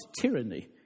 tyranny